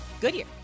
Goodyear